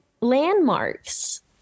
landmarks